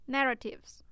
Narratives